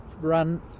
run